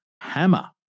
hammer